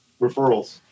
referrals